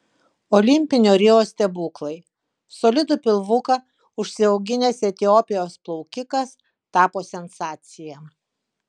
olimpinio rio stebuklai solidų pilvuką užsiauginęs etiopijos plaukikas tapo sensacija